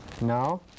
Now